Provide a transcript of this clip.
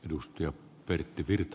arvoisa puhemies